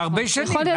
זה הרבה שנים.